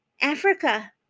Africa